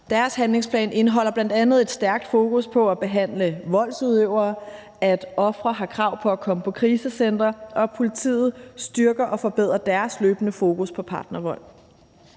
Deres handlingsplan indeholder bl.a. et stærkt fokus på at behandle voldsudøvere, at ofre har krav på at komme på krisecentre, og at politiet styrker og forbedrer deres løbende fokus på partnervold.